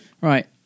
right